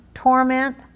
torment